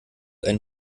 einen